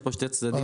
יש פה שני צדדים.